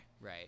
Right